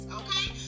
okay